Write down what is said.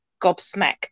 gobsmacked